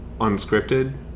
unscripted